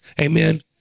Amen